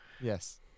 Yes